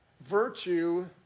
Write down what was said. virtue